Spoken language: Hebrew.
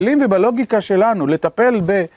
לי ובלוגיקה שלנו, לטפל ב...